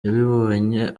yabibonye